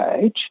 page